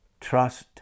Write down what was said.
trust